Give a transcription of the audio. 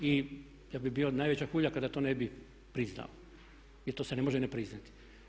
I ja bih bio najveća hulja kada to ne bih priznao, jer to se ne može ne priznati.